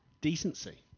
decency